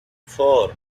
four